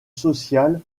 sociale